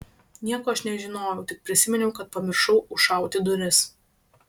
nieko aš nežinojau tik prisiminiau kad pamiršau užšauti duris